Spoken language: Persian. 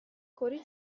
کره